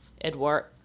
Edward